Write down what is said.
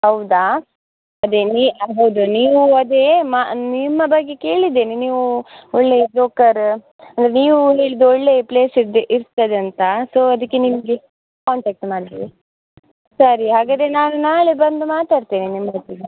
ಹೌದಾ ಅದೇ ನಿ ಹೌದು ನೀವು ಅದೇ ಮ ನಿಮ್ಮ ಬಗ್ಗೆ ಕೇಳಿದ್ದೇನೆ ನೀವು ಒಳ್ಳೆಯ ಬ್ರೋಕರ್ ಅಂದ್ರೆ ನೀವು ಹೇಳಿದ್ದು ಒಳ್ಳೆಯ ಪ್ಲೇಸಿದ್ದು ಇರ್ತದೆ ಅಂತ ಸೊ ಅದಕ್ಕೆ ನಿಮಗೆ ಕಾಂಟಾಕ್ಟ್ ಮಾಡಿದ್ವಿ ಸರಿ ಹಾಗಾದರೆ ನಾನು ನಾಳೆ ಬಂದು ಮಾತಾಡ್ತೇನೆ ನಿಮ್ಮೊಟ್ಟಿಗೆ